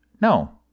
No